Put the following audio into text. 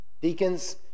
Deacons